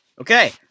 Okay